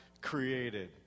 created